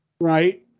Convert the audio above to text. Right